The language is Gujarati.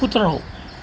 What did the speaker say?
કૂતરો